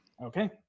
Okay